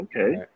okay